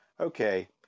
okay